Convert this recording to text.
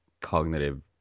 cognitive